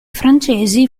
francesi